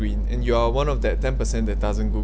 green and you are of that ten percent that doesn't go